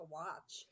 watch